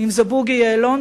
אם זה בוגי יעלון,